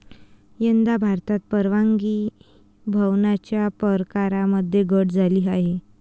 यंदा भारतात परागीभवनाच्या प्रकारांमध्ये घट झाली आहे